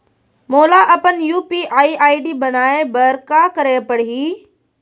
मोला अपन UPI ID बनाए बर का करे पड़ही?